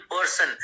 person